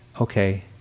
okay